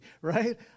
right